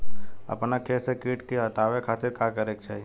अपना खेत से कीट के हतावे खातिर का करे के चाही?